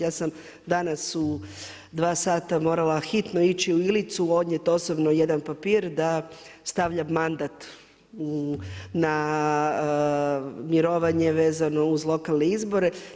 Ja sam danas u dva sata morala hitno ići u Ilicu odnijeti osobno jedan papir da stavljam mandat na mirovanje vezano uz lokalne izbore.